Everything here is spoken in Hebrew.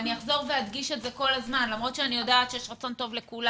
אני אחזור על זה כל פעם למרות שאני יודעת שיש רצון טוב לכולם,